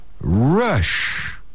rush